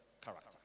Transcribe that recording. character